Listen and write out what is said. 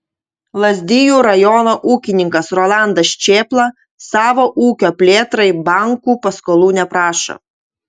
lazdijų rajono ūkininkas rolandas čėpla savo ūkio plėtrai bankų paskolų neprašo